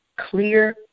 clear